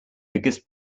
biggest